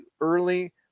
early